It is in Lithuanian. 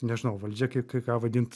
nežinau valdžia kai kai ką vadint